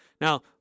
Now